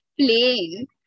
playing